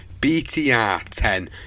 BTR10